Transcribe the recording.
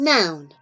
Noun